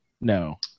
no